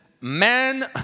men